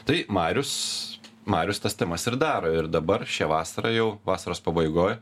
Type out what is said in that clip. tai marius marius tas temas ir daro ir dabar šią vasarą jau vasaros pabaigoj